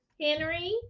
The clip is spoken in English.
Henry